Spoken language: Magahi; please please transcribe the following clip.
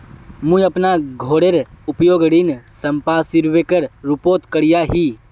मुई अपना घोरेर उपयोग ऋण संपार्श्विकेर रुपोत करिया ही